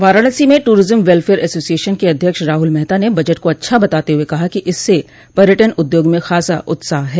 वाराणसी में tourism welfare association के अध्यक्ष राहुल मेहता ने बजट को अच्छा बताते हुए कहा कि इससे पर्यटन उद्योग में खासा उत्साह है